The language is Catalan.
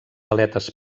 aletes